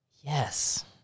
Yes